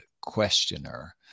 questioner